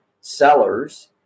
sellers